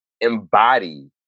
embody